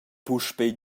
puspei